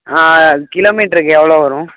கிலோமீட்ருக்கு எவ்வளோ வரும்